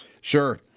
Sure